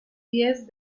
diez